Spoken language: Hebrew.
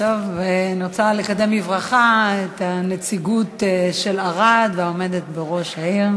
רוצה לקדם בברכה את הנציגות של ערד והעומדת בראש העיר.